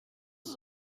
ist